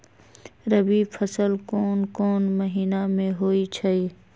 रबी फसल कोंन कोंन महिना में होइ छइ?